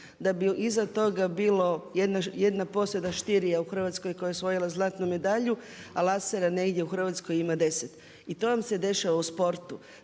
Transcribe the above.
da bi iza toga bilo jedna posada Štir je u Hrvatskoj koja je osvojila zlatnu medalju, a … negdje u Hrvatskoj ima deset i to vam se dešava u sportu.